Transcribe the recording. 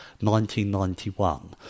1991